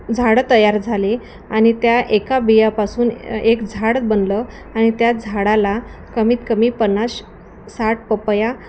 झाडं तयार झाली आणि त्या एका बियापासून एक झाडं बनलं आणि त्या झाडाला कमीत कमी पन्नास साठ पपया